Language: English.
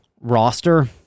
roster